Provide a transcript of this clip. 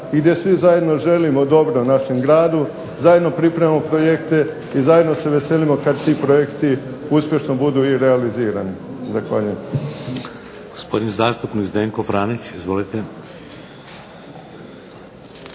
i gdje svi zajedno želimo dobro našem gradu, zajedno pripremamo projekte i zajedno se veselimo kada ti projekti uspješno budu i realizirani. Zahvaljujem. **Šeks, Vladimir (HDZ)** Gospodin zastupnik Zdenko Franić. Izvolite.